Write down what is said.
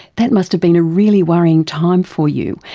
that must have been a really worrying time for you,